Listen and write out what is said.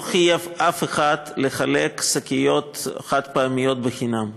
לא חייב אף אחד לחלק שקיות חד-פעמיות חינם.